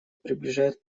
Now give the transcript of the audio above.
приближает